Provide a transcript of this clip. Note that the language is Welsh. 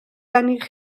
gennych